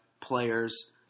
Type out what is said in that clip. players